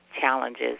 challenges